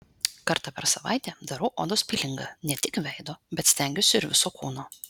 kartą per savaitę darau odos pilingą ne tik veido bet stengiuosi ir viso kūno